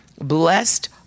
Blessed